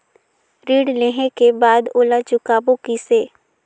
ऋण लेहें के बाद ओला चुकाबो किसे?